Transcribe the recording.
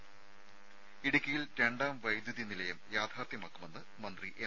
ത ഇടുക്കിയിൽ രണ്ടാം വൈദ്യുതി നിലയം യാഥാർത്ഥ്യമാക്കുമെന്ന് മന്ത്രി എം